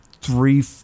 three